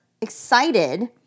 excited